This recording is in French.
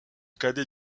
cadet